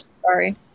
Sorry